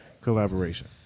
collaboration